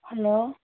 hello